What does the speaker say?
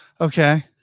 Okay